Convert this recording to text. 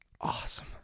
awesome